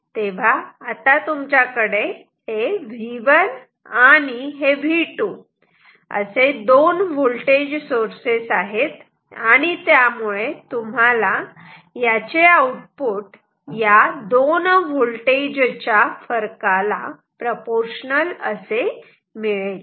तेव्हा आता तुमच्याकडे हे V1 आणि हे V2 असे दोन व्होल्टेज सोर्सेस आहेत आणि त्यामुळे तुम्हाला याचे आउटपुट या दोन होल्टेज च्या फरकाला प्रपोर्शनल असे मिळेल